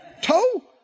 Toe